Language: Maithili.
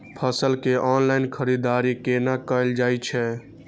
फसल के ऑनलाइन खरीददारी केना कायल जाय छै?